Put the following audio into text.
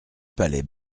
palais